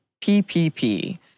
PPP